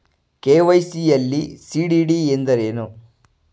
KYC ಯಲ್ಲಿ CDD ಎಂದರೇನು?